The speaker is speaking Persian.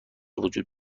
وجود